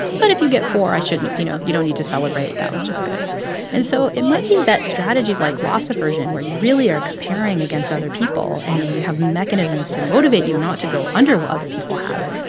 but if you get four, i shouldn't you know, you don't need to celebrate. that was just good and so it might be that strategies like loss aversion, where you really are comparing against other people, and then and you have mechanisms to motivate you not to go under what other people have,